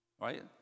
Right